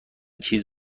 چیز